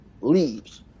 leaves